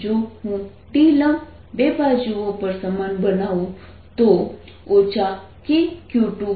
જો હું D લંબ 2 બાજુઓ પર સમાન બનાવું તો kq2 qq1છે જે મારું સમીકરણ 1 છે